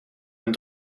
een